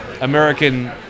American